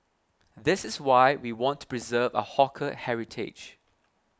this is why we want to preserve our hawker heritage